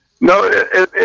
No